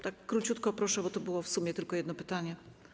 Tak króciutko proszę, bo to było w sumie tylko jedno pytanie.